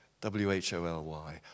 W-H-O-L-Y